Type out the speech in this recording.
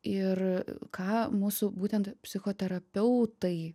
ir ką mūsų būtent psichoterapeutai